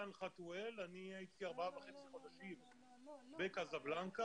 עם ישראל חי וקיים ותודה רבה מעומק לבי,